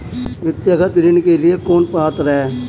व्यक्तिगत ऋण के लिए कौन पात्र है?